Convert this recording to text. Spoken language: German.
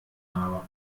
habe